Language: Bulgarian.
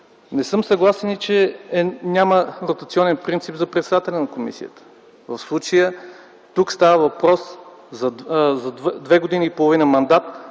Не съм съгласен и че няма ротационен принцип за председателя на комисията. В случая тук става въпрос за две години и половина мандат